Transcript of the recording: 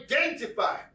identify